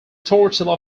tortilla